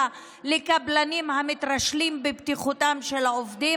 לקבלנים המתרשלים בבטיחותם של העובדים.